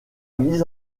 mise